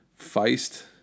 Feist